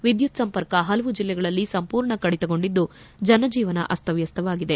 ವಿದ್ನುತ್ ಸಂಪರ್ಕ ಹಲವು ಜಿಲ್ಲೆಗಳಲ್ಲಿ ಸಂಪೂರ್ಣ ಕಡಿತಗೊಂಡಿದ್ದು ಜನಜೀವನ ಅಸ್ಲವ್ನಸ್ನವಾಗಿದೆ